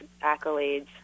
accolades